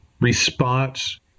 response